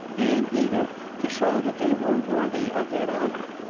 and eager to show that they were worthy of that honor.